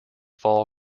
fall